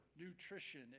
nutrition